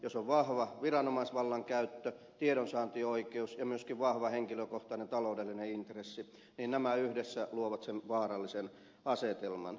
jos on vahva viranomaisvallankäyttö tiedonsaantioikeus ja myöskin vahva henkilökohtainen taloudellinen intressi niin nämä yhdessä luovat sen vaarallisen asetelman